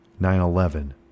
9-11